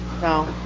no